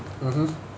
mmhmm